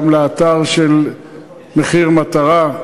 גם לאתר של מחיר מטרה,